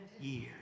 years